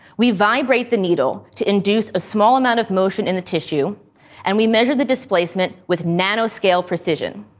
we vibrate the needle to induce a small amount of motion in the tissue and we measure the displacement with nanoscale precision.